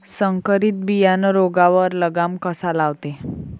संकरीत बियानं रोगावर लगाम कसा लावते?